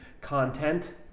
content